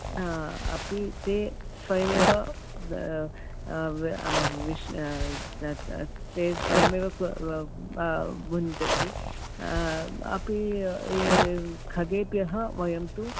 अपि ते स्वयमेव विश् ते स्वयमेव भुञ्जति अपि ये खगेभ्यः वयं तु